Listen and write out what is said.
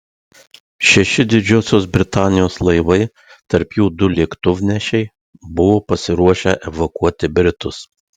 šeši didžiosios britanijos laivai tarp jų du lėktuvnešiai buvo pasiruošę evakuoti britus